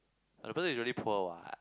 and the person is really poor what